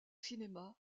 cinéma